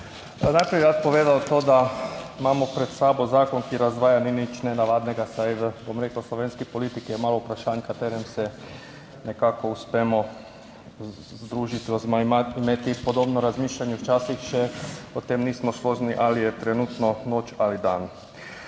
Najprej bi rad povedal to, da imamo pred sabo zakon, ki razdvaja, ni nič nenavadnega, saj v, bom rekel, v slovenski politiki je malo vprašanj s katerimi se nekako uspemo združiti oziroma imeti podobno razmišljanje. Včasih še o tem nismo složni ali je trenutno noč ali dan.